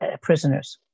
prisoners